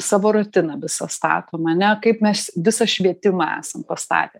savo rutiną visą statom ane kaip mes visą švietimą esam pastatę